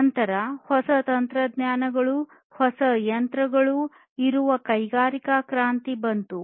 ನಂತರ ಹೊಸ ತಂತ್ರಜ್ಞಾನಗಳು ಹೊಸ ಯಂತ್ರಗಳು ಇರುವ ಕೈಗಾರಿಕಾ ಕ್ರಾಂತಿ ಬಂದಿತು